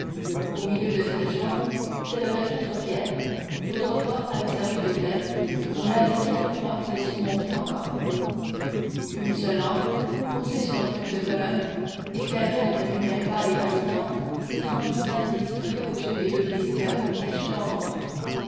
au milieu de cette chambre s'élevaient quatre pierres qui autrefois avaient servi d'autel comme l'indiquait la croix qui les surmontait encore une seule lampe posée sur un fût de colonne éclairait d'une lumière pâle et vacillante l'étrange scène qui s'offrait aux yeux des deux visiteurs cachés dans l'ombre